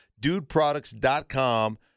dudeproducts.com